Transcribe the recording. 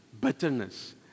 bitterness